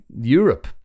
Europe